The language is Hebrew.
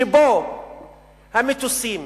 שבו המטוסים